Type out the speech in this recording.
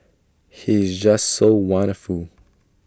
he is just so wonderful